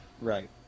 Right